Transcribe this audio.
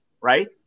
Right